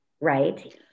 right